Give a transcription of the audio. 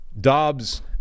Dobbs